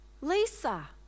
Lisa